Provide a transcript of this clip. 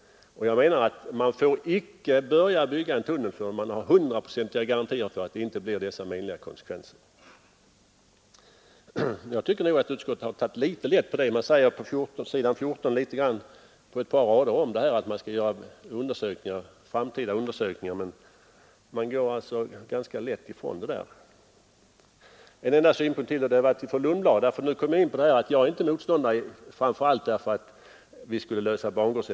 Jag anser att man icke får börja bygga en tunnel förrän man har hundraprocentiga garantier för att det inte blir dessa menliga konsekvenser. Utskottet har tagit litet för lätt på detta. På s. 14 i betänkandet står det ett par rader om att man skall göra framtida undersökningar, men man går ganska lätt ifrån det här problemet. En enda synpunkt till.